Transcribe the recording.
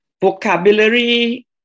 vocabulary